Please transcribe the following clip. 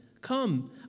Come